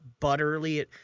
butterly